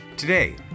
Today